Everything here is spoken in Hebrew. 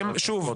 ושוב,